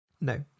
No